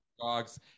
dogs